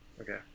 okay